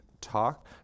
talk